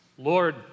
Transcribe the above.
Lord